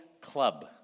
Club